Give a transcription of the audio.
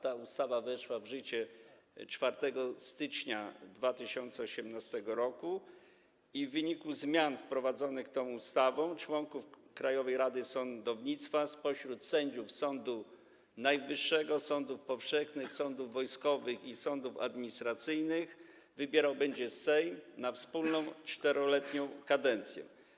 Ta ustawa weszła w życie 4 stycznia 2018 r. i w wyniku zmian wprowadzonych tą ustawą członków Krajowej Rady Sądownictwa spośród sędziów Sądu Najwyższego, sądów powszechnych, sądów wojskowych i sądów administracyjnych będzie wybierał Sejm na wspólną 4-letnią kadencję.